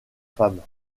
femmes